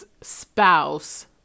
spouse